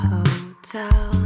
Hotel